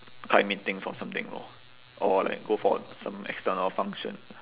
high meetings or something lor or like go for some external function